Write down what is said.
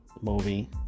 movie